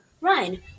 Ryan